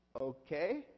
Okay